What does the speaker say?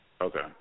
Okay